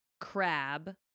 Crab